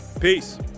Peace